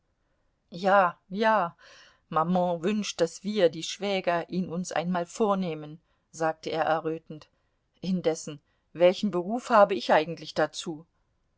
ja ja maman wünscht daß wir die schwäger ihn uns einmal vornehmen sagte er errötend indessen welchen beruf habe ich eigentlich dazu